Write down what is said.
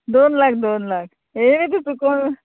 दोन लाख दोन लाख येयलें तें चुकोवन